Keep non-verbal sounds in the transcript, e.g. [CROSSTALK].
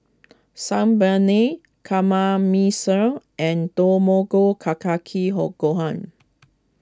sun Paneer [UNINTELLIGIBLE] and Tamago Ka Kake [UNINTELLIGIBLE] Gohan